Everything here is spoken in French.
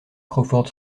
crawford